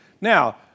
Now